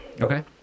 Okay